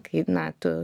kai na tu